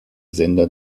sender